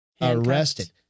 arrested